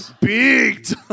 big